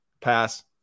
pass